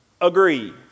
agree